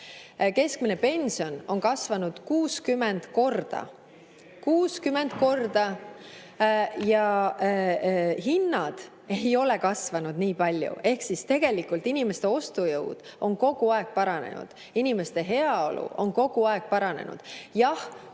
Keskmine pension on kasvanud 60 korda. 60 korda! Hinnad ei ole nii palju kasvanud. Ehk inimeste ostujõud on kogu aeg paranenud, inimeste heaolu on kogu aeg paranenud. Jah,